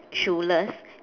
shoeless